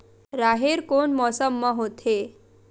राहेर कोन मौसम मा होथे?